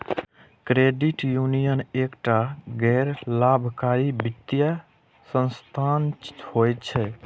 credit union एकटा गैर लाभकारी वित्तीय संस्थान होइ छै